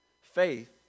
Faith